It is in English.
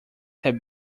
have